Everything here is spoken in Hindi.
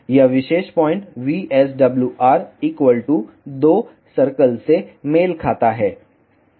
यह विशेष पॉइंट VSWR 2 सर्कल से मेल खाता है